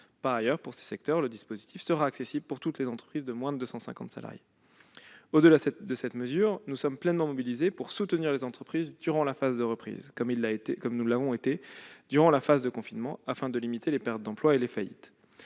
Par ailleurs, pour ces secteurs, le dispositif sera accessible à toutes les entreprises de moins de 250 salariés. Au-delà de cette mesure, nous sommes pleinement mobilisés pour soutenir les entreprises durant la phase de reprise, comme nous l'avons été durant la phase de confinement, afin de limiter les pertes d'emplois et les faillites.